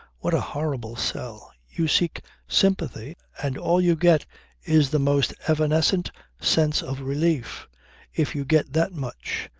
what a horrible sell! you seek sympathy, and all you get is the most evanescent sense of relief if you get that much.